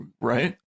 right